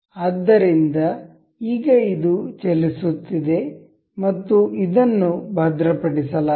ಆದ್ದರಿಂದ ಈಗ ಇದು ಚಲಿಸುತ್ತಿದೆ ಮತ್ತು ಇದನ್ನು ಭದ್ರಪಡಿಸಲಾಗಿದೆ